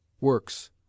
WORKS